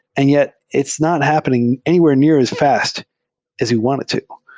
and yet it's not happening anywhere near as fast as we want it to.